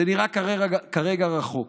זה נראה כרגע רחוק,